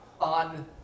on